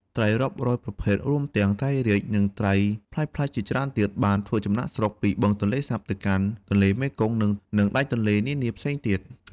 ត្រីរាប់រយប្រភេទ រួមទាំង ត្រីរាជ និងប្រភេទត្រីប្លែកៗជាច្រើនទៀត បានធ្វើចំណាកស្រុកពីបឹងទន្លេសាបទៅកាន់ទន្លេមេគង្គ និងដៃទន្លេនានាផ្សេងទៀត។